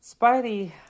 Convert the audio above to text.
Spidey